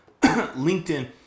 LinkedIn